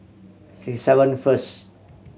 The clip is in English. six seven first